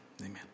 Amen